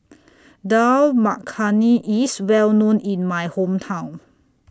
Dal Makhani IS Well known in My Hometown